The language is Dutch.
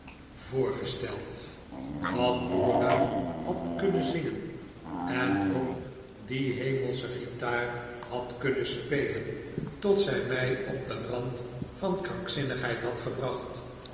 voorgesteld dat dora had kunnen zingen en op die hemelsche guitaar had kunnen spelen tot zij mij op den rand van krankzinnigheid had gebracht